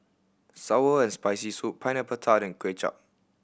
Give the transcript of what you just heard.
sour and Spicy Soup Pineapple Tart and Kway Chap